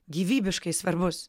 gyvybiškai svarbus